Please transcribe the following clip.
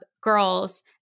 girls